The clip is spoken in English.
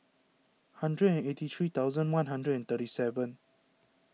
hundred and eighty three thousand one hundred and thirty seven